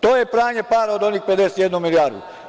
To je pranje para od onih 51 milijardu.